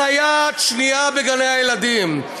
סייעת שנייה בגני-הילדים.